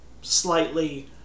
slightly